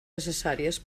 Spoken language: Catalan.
necessàries